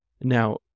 Now